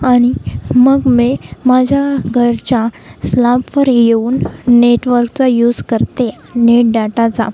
आणि मग मी माझ्या घरच्या स्लॅबवर येऊन नेटवर्कचा यूज करते नेट डाटाचा